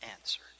answered